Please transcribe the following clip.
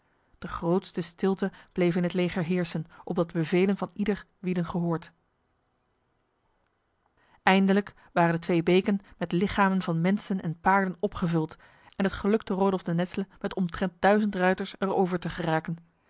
de grootste stilte bleef in het leger heersen opdat de bevelen van ieder wierden gehoord eindelijk waren de twee beken met lichamen van mensen en paarden opgevuld en het gelukte rodolf de nesle met omtrent duizend ruiters er over te geraken